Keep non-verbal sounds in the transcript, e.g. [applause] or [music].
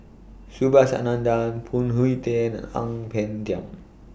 Subhas Anandan Phoon [unintelligible] Tien and Ang Peng Tiam